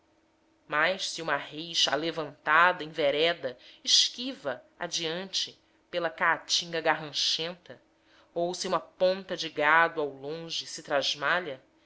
mas se uma rês alevantada envereda esquiva adiante pela caatinga garranchenta ou se uma ponta de gado ao longe se